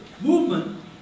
movement